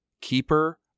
Keeper